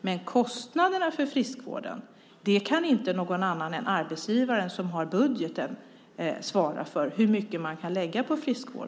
Men hur mycket man kan lägga på kostnaden för friskvård kan inte någon annan än arbetsgivaren, som har budgeten, svara för.